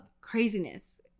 craziness